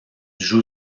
joue